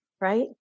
right